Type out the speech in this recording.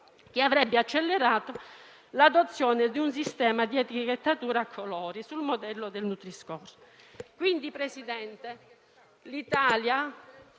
che avrebbe accelerato l'adozione di un sistema di etichettatura a colori sul modello del Nutri-Score*.*